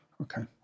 Okay